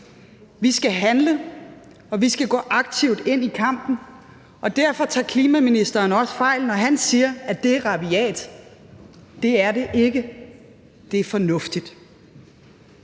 Vi skal handle, og vi skal gå aktivt ind i kampen, og derfor tager klimaministeren også fejl, når han siger, at det er rabiat, for det er det ikke, det er fornuftigt.